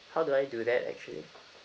how do I do that actually